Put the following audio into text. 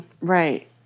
Right